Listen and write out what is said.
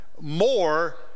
more